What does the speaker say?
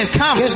come